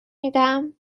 میدم